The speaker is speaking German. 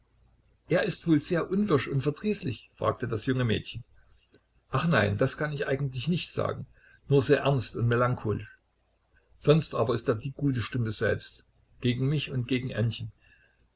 er ist wohl sehr unwirsch und verdrießlich fragte das junge mädchen ach nein das kann ich eigentlich nicht sagen nur sehr ernst und melancholisch sonst aber ist er die gute stunde selbst gegen mich und gegen ännchen